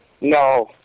No